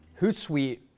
Hootsuite